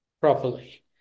Properly